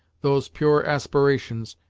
those pure aspirations,